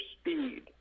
speed